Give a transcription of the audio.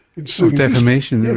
in so defamation.